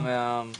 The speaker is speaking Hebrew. מה אתה